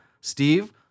Steve